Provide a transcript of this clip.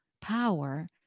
power